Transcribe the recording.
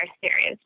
series